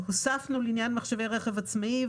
לעניין מחשבי הרכב העצמאי: הוספנו את